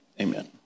amen